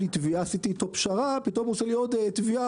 עשיתי איתו פשרה - פתאום עושים עוד תביעה.